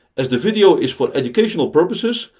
as the video is for educational purposes,